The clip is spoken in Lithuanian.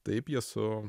taip jie su